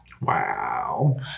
Wow